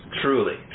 Truly